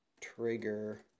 trigger